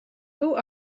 who